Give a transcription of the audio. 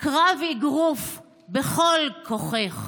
קרב אגרוף." בכל כוחך.